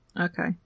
Okay